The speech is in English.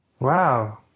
Wow